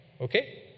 Okay